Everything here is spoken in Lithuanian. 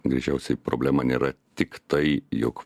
greičiausiai problema nėra tik tai jog